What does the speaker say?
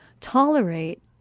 tolerate